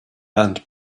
and